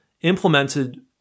implemented